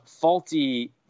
faulty